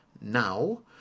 now